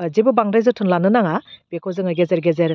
ओह जेबो बांद्राय जोथोन लानो नाङा बेखौ जोङो गेजेर गेजेर